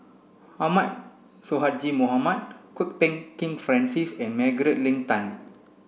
Ahmad Sonhadji Mohamad Kwok Peng Kin Francis and Margaret Leng Tan